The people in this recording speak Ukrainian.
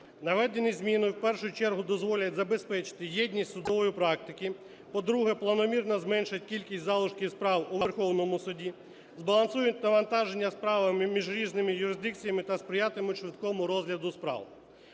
Наведені зміни, в першу чергу, дозволять забезпечити єдність судової практики; по-друге, планомірно зменшить кількість залишків справ у Верховному Суді, збалансують навантаження справами між різними юрисдикціями та сприятимуть швидкому розгляду справ.